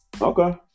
Okay